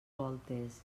voltes